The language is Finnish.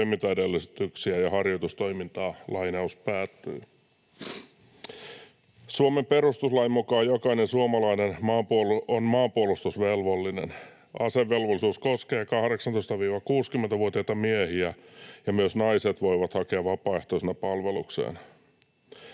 toimintaedellytyksiä ja harjoitustoimintaa.” Suomen perustuslain mukaan jokainen suomalainen on maanpuolustusvelvollinen. Asevelvollisuus koskee 18—60-vuotiaita miehiä, ja myös naiset voivat hakea vapaaehtoisina palvelukseen.